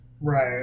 Right